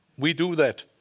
we do that.